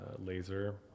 Laser